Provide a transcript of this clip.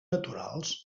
naturals